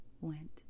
went